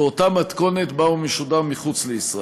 באותה מתכונת שבה הוא משודר מחוץ לישראל.